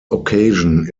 occasion